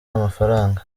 amafaranga